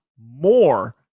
more